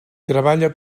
treballa